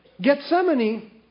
Gethsemane